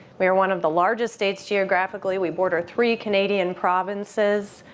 we are one of the largest states, geographically. we border three canadian provinces.